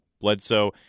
Bledsoe